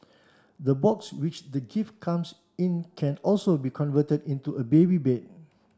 the box which the gift comes in can also be converted into a baby bed